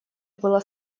было